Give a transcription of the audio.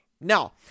Now